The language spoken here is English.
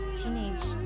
teenage